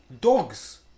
dogs